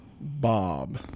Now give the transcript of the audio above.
bob